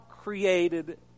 created